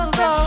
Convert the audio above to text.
go